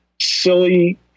silly